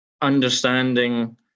Understanding